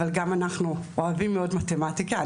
אבל גם אנחנו אוהבים מאוד מתמטיקה,